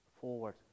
forward